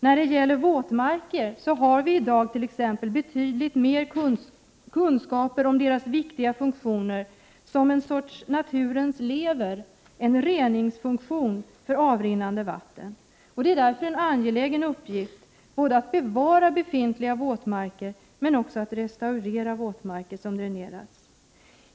När det gäller våtmarker har vi i dag t.ex. betydligt större kunskaper om deras viktiga funktion — en sorts naturens lever, en reningsfunktion för avrinnande vatten. Det är därför en angelägen uppgift både att bevara befintliga våtmarker och att restaurera våtmarker som dränerats.